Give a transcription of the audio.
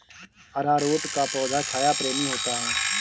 अरारोट का पौधा छाया प्रेमी होता है